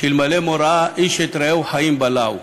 שאלמלא מוראה, איש את רעהו חיים בלעו.